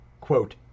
quote